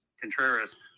Contreras